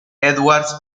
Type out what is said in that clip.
edwards